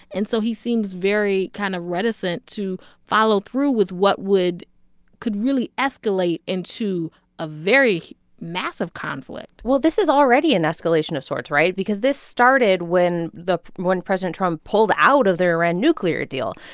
and so he seems very kind of reticent to follow through with what would could really escalate into a very massive conflict well, this is already an and escalation of sorts, right? because this started when the when president trump pulled out of the iran nuclear deal.